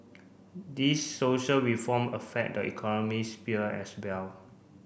these social reform affect the economy sphere as well